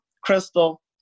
Crystal